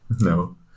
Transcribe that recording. No